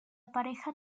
pareja